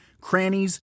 crannies